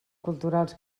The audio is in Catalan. culturals